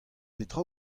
petra